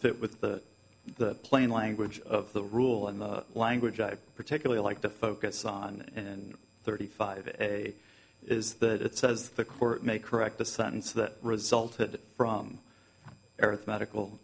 fit with the plain language of the rule and the language i particularly like to focus on in thirty five a is that it says the court may correct the sentence that resulted from arithmetical